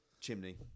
Chimney